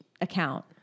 account